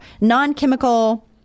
non-chemical